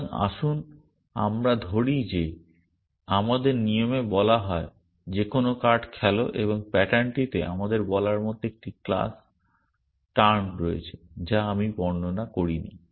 সুতরাং আসুন আমরা ধরি যে আমাদের নিয়মে বলা হয় যে কোনও কার্ড খেলো এবং প্যাটার্নটিতে আমাদের বলার মতো একটি ক্লাস টার্ন রয়েছে যা আমি বর্ণনা করি নি